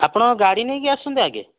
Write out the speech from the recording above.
ଆପଣ ଗାଡ଼ି ନେଇକି ଆସନ୍ତୁ ଆଗେ